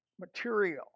material